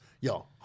Yo